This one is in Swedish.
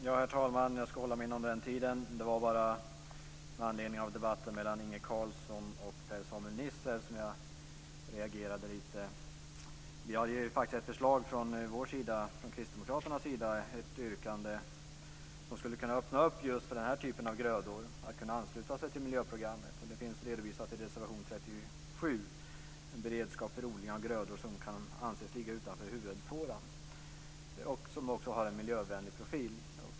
Herr talman! Jag ska hålla mig inom två minuter. Carlsson och Roy Hansson som jag reagerade. Vi har faktiskt ett förslag från Kristdemokraternas sida som skulle kunna öppna upp för att ansluta sig till miljöprogrammet när det gäller den här typen av grödor. Det finns redovisat i reservation 37 om beredskap för odling av grödor som kan anses ligga utanför huvudfåran och som också har en miljövänlig profil.